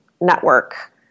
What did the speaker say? network